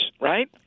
right